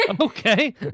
Okay